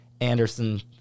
Anderson